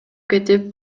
кетип